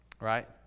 Right